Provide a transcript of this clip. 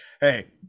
hey